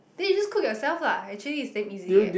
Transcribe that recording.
then you just cook yourself lah actually it's damn easy eh